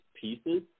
pieces